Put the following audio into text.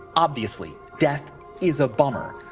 obviously, death is a bummer.